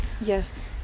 Yes